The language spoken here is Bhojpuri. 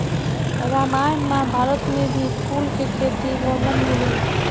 रामायण महाभारत में भी फूल के खेती के वर्णन मिलेला